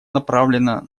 направлена